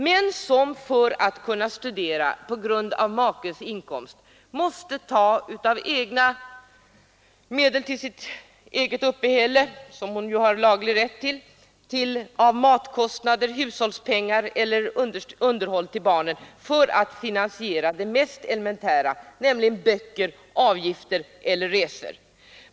För att kunna studera måste de kvinnorna på grund av makens inkomst ta av medlen för sitt eget uppehälle, som hon ju har laglig rätt till, eller t.ex. hushållspengar eller underhåll till barnen för att finansiera de mest elementära utgifterna, dvs. böcker, avgifter och resor.